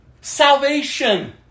Salvation